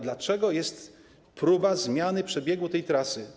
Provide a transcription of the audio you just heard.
Dlaczego jest próba zmiany przebiegu tej trasy?